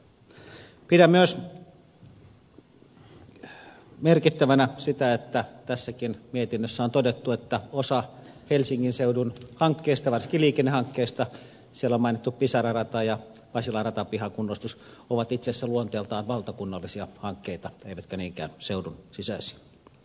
pidän myös merkittävänä sitä että tässäkin mietinnössä on todettu että osa helsingin seudun hankkeista varsinkin liikennehankkeista siellä on mainittu pisara rata ja pasilan ratapihan kunnostus ovat itse asiassa luonteiltaan valtakunnallisia hankkeita eivätkä niinkään seudun sisäisiä